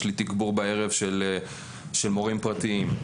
יש לי תגבור בערב של מורים פרטיים.